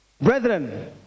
Brethren